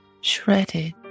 Shredded